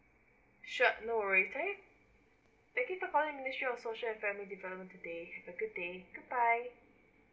sure no worries can I thank you for calling ministry of social and family development today have a good day goodbye